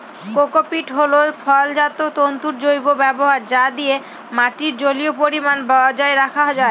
cocopeat হল ফলজাত তন্তুর জৈব ব্যবহার যা দিয়ে মাটির জলীয় পরিমান বজায় রাখা যায়